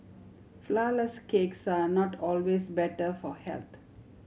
flourless cakes are not always better for health